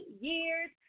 years